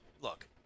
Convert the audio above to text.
look